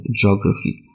geography